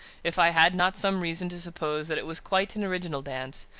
if i had not some reason to suppose that it was quite an original dance,